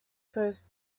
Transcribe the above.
first